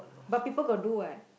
but people got do what